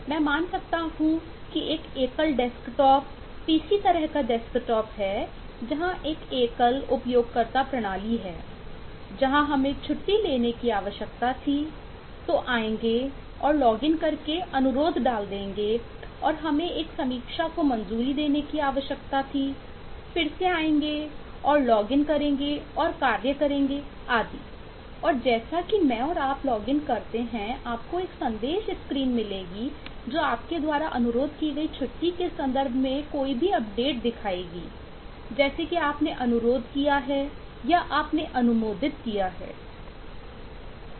मैं मान सकता हूं कि एक एकल डेस्कटॉप दिखाती है जैसे कि आप ने अनुरोध किया है या आपने अनुमोदित किया है